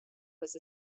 was